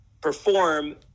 perform